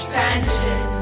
Transition